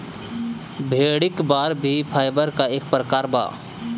भेड़ी क बार भी फाइबर क एक प्रकार बा